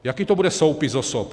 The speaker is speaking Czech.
Jaký to bude soupis osob?